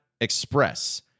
express